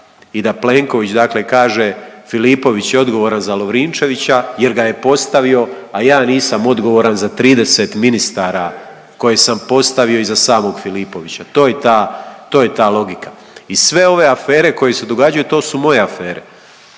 i da Plenković dakle kaže Filipović je odgovoran za Lovrinčevića jer ga je postavio, a ja nisam odgovoran za 30 ministara koje sam postavio i za samog Filipovića. To je ta, to je ta logika. I sve ove afere koje se događaju to su moje afere